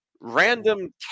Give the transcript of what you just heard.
Random